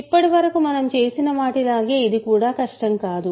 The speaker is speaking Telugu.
ఇప్పటివరకు మనం చేసిన వాటి లాగే ఇది కూడా కష్టం కాదు